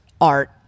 art